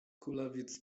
kulawiec